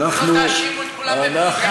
ולא תאשימו את כולם בבגידה,